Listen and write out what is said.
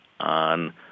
on